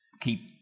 keep